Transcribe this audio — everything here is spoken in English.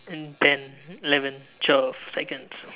and ten eleven twelve seconds